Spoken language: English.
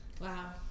Wow